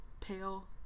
Pale